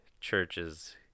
churches